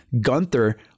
Gunther